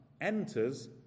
enters